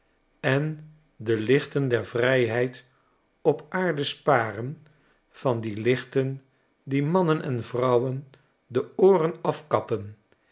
en de lichten der vrijbeid op aarde sparen van die lichten die mannen en vrouwen de ooren afkappen